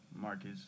Marcus